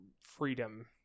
freedom